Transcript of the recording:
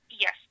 Yes